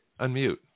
Unmute